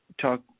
talk